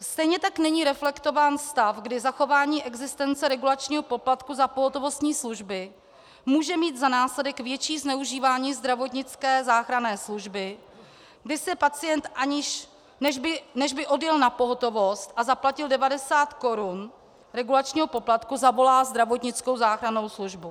Stejně tak není reflektován stav, kdy zachování existence regulačního poplatku za pohotovostní služby může mít za následek větší zneužívání zdravotnické záchranné služby, kdy si pacient, než by odjel na pohotovost a zaplatil 90 korun regulačního poplatku, zavolá zdravotnickou záchrannou službu.